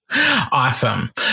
awesome